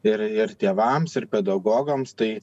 ir ir tėvams ir pedagogams tai